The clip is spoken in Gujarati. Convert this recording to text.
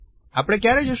આપણે ક્યારે જશું